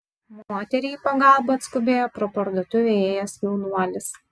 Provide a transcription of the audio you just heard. moteriai į pagalbą atskubėjo pro parduotuvę ėjęs jaunuolis